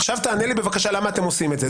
עכשיו תענה לי בבקשה למה אתם עושים את זה.